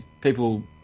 people